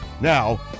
Now